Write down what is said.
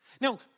Now